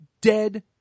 dead